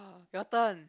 your turn